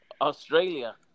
Australia